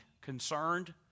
concerned